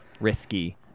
risky